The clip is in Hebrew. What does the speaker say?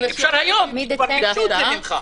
אפשר כבר היום, כי כבר ביקשו את זה ממך.